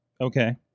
Okay